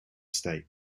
state